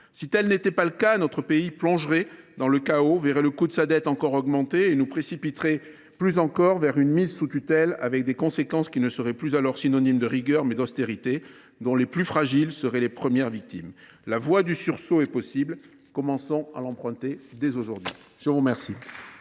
Si tel n’était pas le cas, notre pays plongerait dans le chaos et verrait le coût de sa dette encore augmenter, ce qui nous précipiterait plus certainement encore vers une mise sous tutelle. La conséquence en serait une situation synonyme non plus de rigueur, mais d’austérité, dont les plus fragiles seraient les premières victimes. La voie du sursaut est possible ; commençons à l’emprunter dès aujourd’hui. La parole